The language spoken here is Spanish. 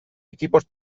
equipos